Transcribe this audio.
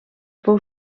fou